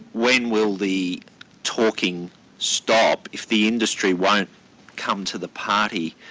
when will the talking stop? if the industry won't come to the party,